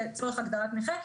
לצורך הגדרת נכה.